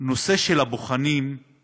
הנושא של הבוחנים הוא